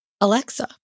Alexa